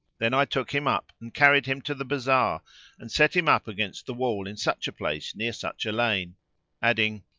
then i took him up and carried him to the bazaar and set him up against the wall in such a place near such a lane adding,